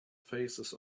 faces